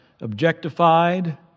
objectified